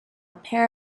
pair